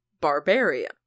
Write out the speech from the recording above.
Barbarian